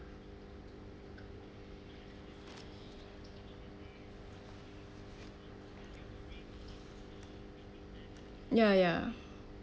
ya ya